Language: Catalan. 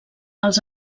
els